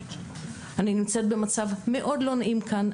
אני נמצאת במצב מאוד לא נעים כאן,